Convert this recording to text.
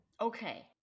Okay